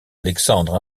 alexandre